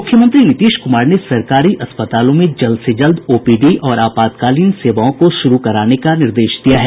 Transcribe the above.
मुख्यमंत्री नीतीश क्मार ने सरकारी अस्पतालों में जल्द से जल्द ओपीडी और आपातकालीन सेवाओं को शुरू कराने का निर्देश दिया है